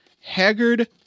Haggard